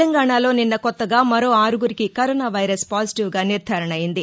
తెలంగాణలో నిన్న కొత్తగా మరో ఆరుగురికి కరోన వైరస్ పాజిటివ్గా నిర్దారణ అయింది